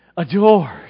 Adored